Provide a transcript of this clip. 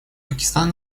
пакистан